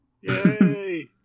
Yay